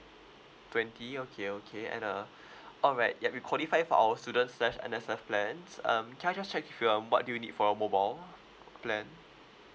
twenty okay okay and uh alright yup you're qualified for our student slash N_S_F plans um can I just check with you um what do you need for a mobile plan